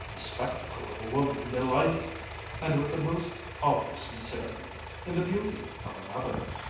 the spectacle of woman delighting and with the most obvious sincerity in the beauty of another.